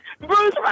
Bruce